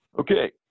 Okay